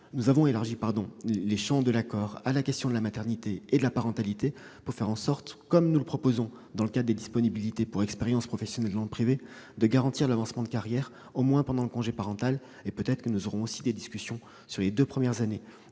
nous avons élargi les champs de l'accord à la question de la maternité et de la parentalité pour faire en sorte, comme nous le proposons dans le cas des disponibilités pour expérience professionnelle dans le privé, de garantir l'avancement de carrière au moins pendant le congé parental, et peut-être aussi pendant les deux premières années